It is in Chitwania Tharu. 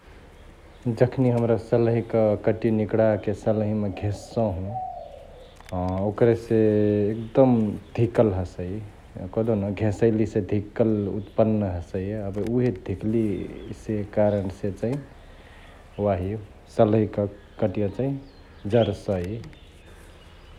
जखनी हमरा सलहिक कंटिया निकडाके सलहियामा घेससहु अ ओकरसे एकदम धिकल हसई कहदेउन घेसैलिसे धिकल उत्पन्न हसई । एबे उहे धिकलिसे कारणसे चैं वाही सलहियाक कंटिया चैं जरसई ।